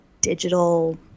digital